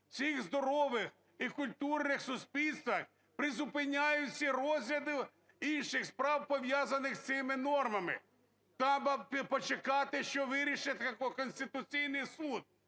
У всіх здорових і культурних суспільствах призупиняють всі розгляди інших справ, пов'язаних з цими нормами. Треба почекати, що вирішить Конституційний Суд.